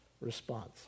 response